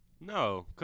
No